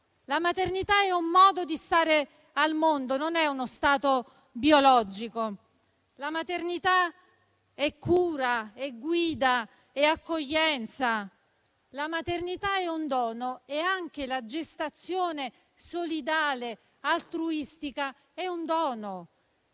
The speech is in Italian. La maternità è un modo di stare al mondo, non è uno stato biologico. La maternità è cura, è guida, è accoglienza; la maternità è un dono e anche la gestazione solidale e altruistica è un dono.